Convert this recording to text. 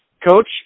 Coach